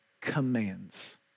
commands